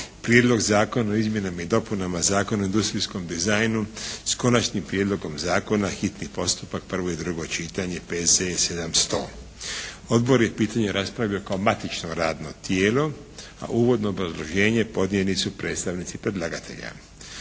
Prijedlog Zakona o izmjenama i dopunama Zakona o industrijskom dizajnu s Konačnim prijedlogom zakona, hitni postupak, prvo i drugo čitanje P.Z.E. br. 700. Odbor je pitanje raspravio kao matično radno tijelo, a uvodno obrazloženje podnijeli su predstavnici predlagatelja.